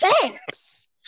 Thanks